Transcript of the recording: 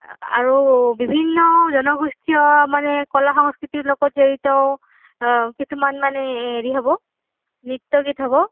আৰু বিভিন্ন জনগোষ্ঠীয় মানে কলা সংস্কৃতিৰ লগত জড়িত কিছুমান মানে হেৰি হ'ব নৃত্য গীত হ'ব